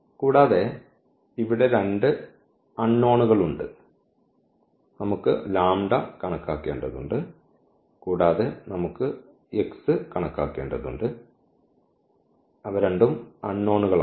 കൂടാതെ ഇവിടെ രണ്ട് അൺനോൺ കളുണ്ട് നമുക്ക് ലാംഡ കണക്കാക്കേണ്ടതുണ്ട് കൂടാതെ നമുക്ക് x കണക്കാക്കേണ്ടതുണ്ട് അവ രണ്ടും അൺനോൺ കളാണ്